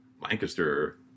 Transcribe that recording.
Lancaster